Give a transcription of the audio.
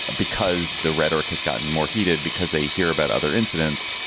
ah because the rhetoric has gotten more heated, because they hear about other incidents,